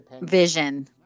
vision